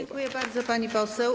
Dziękuję bardzo, pani poseł.